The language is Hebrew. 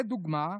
לדוגמה,